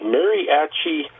Mariachi